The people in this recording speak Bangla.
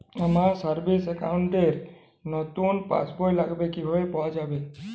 আমার সেভিংস অ্যাকাউন্ট র নতুন পাসবই লাগবে কিভাবে পাওয়া যাবে?